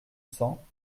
cents